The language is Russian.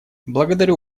благодарю